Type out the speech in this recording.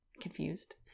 confused